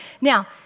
Now